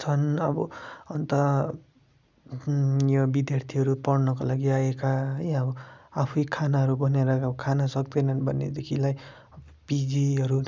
छन् अब अन्त यो विद्यार्थीहरू पढ्नको लागि आएका है अब आफै खानाहरू बनाएर खान सक्दैनन् भनेदेखिलाई पिजीहरू